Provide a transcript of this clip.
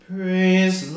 Praise